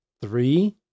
Three